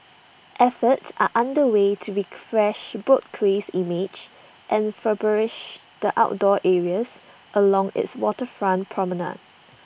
efforts are under way to fresh boat Quay's image and the outdoor areas along its waterfront promenade